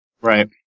Right